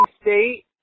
State